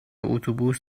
اتوبوس